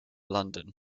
london